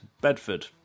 Bedford